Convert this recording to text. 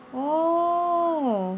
oh